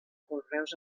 conreus